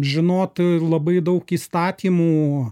žinoti labai daug įstatymų